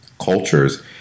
cultures